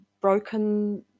broken